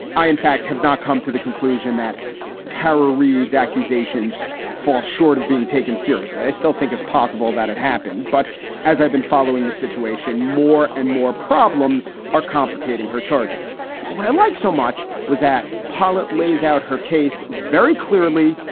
i, in fact, have not come to the conclusion that terror reads accusations fall short of being taken seriously. i still think it's possible that it happened. but as i've been following the situation, more and more problems are complicating her charges but what i like so much was at pollet lays out her case very clearly,